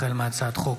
החל בהצעת חוק